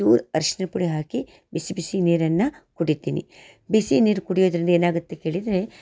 ಚೂರು ಅರ್ಶ್ಣ ಪುಡಿ ಹಾಕಿ ಬಿಸಿ ಬಿಸಿ ನೀರನ್ನು ಕುಡೀತೀನಿ ಬಿಸಿ ನೀರು ಕುಡ್ಯೋದ್ರಿಂದ ಏನಾಗುತ್ತೆ ಕೇಳಿದರೆ